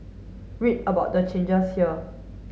read about the changes here